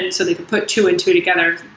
and so they could put two and two together.